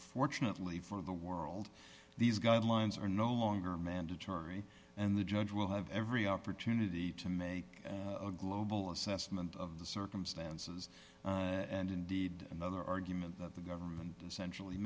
fortunately for the world these guidelines are no longer mandatory and the judge will have every opportunity to make a global assessment of the circumstances and indeed another argument that the government essentially